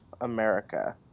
America